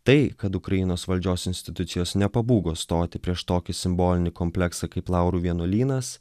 tai kad ukrainos valdžios institucijos nepabūgo stoti prieš tokį simbolinį kompleksą kaip laurų vienuolynas